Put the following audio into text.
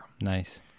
Nice